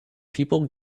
people